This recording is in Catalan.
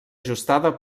ajustada